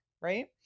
right